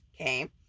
Okay